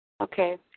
Okay